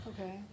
okay